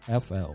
FL